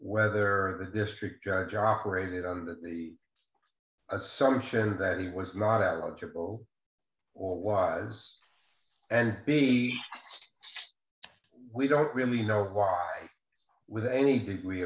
whether the district judge operated on the assumption that he was not eligible or was and b we don't really know why with any degree